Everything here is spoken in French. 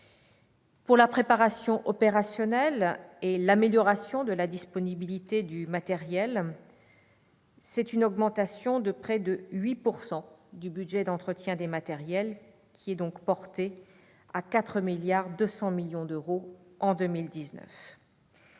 Pour la préparation opérationnelle et l'amélioration de la disponibilité du matériel, c'est une augmentation de près de 8 % du budget d'entretien des matériels, porté à 4,2 milliards d'euros en 2019.